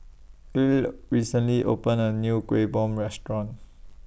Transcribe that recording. Ely recently opened A New Kueh Bom Restaurant